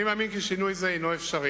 אני מאמין כי שינוי זה אפשרי,